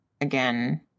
again